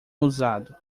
usado